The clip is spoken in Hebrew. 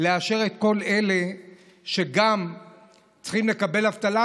לאשר את כל אלה שגם צריכים לקבל אבטלה,